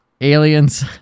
aliens